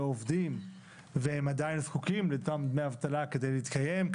עובדים והם עדיין זקוקים לאותם דמי אבטלה כדי להתקיים,